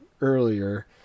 earlier